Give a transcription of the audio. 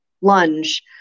lunge